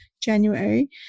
January